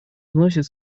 вносит